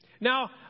Now